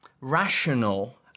rational